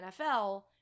NFL